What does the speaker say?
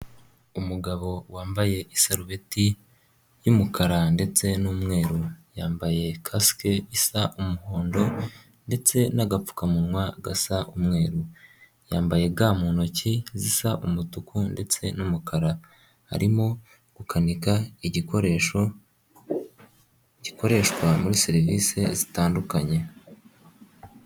Umugabo wambaye isarubeti y'umukara ndetse n'umweru, yambaye kasike isa umuhondo ndetse n'agapfukamunwa gasa umweru, yambaye ga mu ntoki zisa umutuku ndetse n'umukara, arimo gukanika igikoresho gikoreshwa muri serivisi zitandukanye.